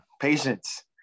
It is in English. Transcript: Patience